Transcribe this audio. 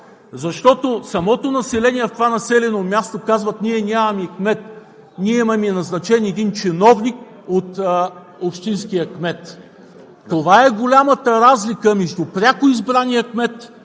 Защото населението в това населено място казва: „Ние нямаме кмет. Ние имаме назначен един чиновник от общинския кмет.“ Това е голямата разлика между пряко избрания кмет